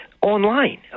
online